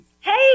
hey